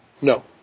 No